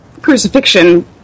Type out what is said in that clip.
crucifixion